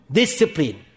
discipline